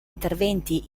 interventi